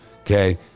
Okay